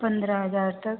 पन्द्रह हज़ार तक